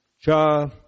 Cha